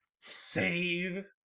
Save